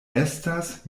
estas